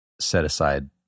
set-aside